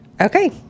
Okay